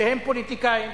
שהם פוליטיקאים,